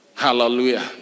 Hallelujah